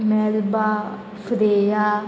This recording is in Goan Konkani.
Melba Freya